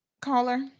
Caller